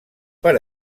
per